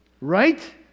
right